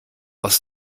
aus